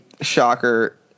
Shocker